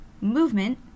movement